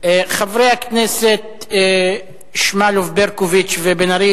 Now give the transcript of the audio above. חברי הכנסת שמאלוב-ברקוביץ ובן-ארי,